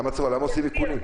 למה עושים איכונים?